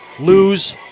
Lose